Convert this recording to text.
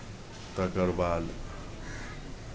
तकर बाद